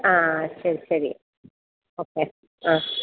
ആ ശരി ശരി ഓക്കേ ആ